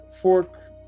fork